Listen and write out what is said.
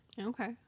Okay